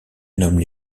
nomment